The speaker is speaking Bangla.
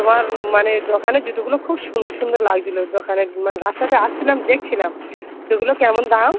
তোমার মানে দোকানে জুতোগুলো খুব সুন্দর সুন্দর লাগছিলো দোকানে মানে রাস্তা দিয়ে আসছিলাম দেখছিলাম জুতোগুলোর কেমন দাম